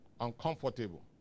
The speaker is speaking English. uncomfortable